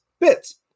Bits